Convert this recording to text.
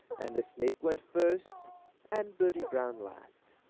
and the snake went first and birdie brown last